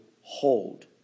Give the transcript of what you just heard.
hold